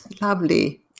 lovely